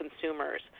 consumers